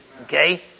Okay